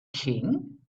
king